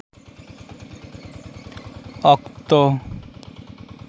ᱚᱠᱛᱚ